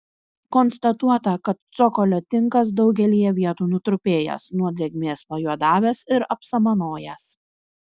konstatuota kad cokolio tinkas daugelyje vietų nutrupėjęs nuo drėgmės pajuodavęs ir apsamanojęs